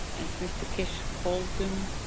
as mr keshe calls them,